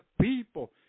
people